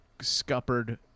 scuppered